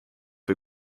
või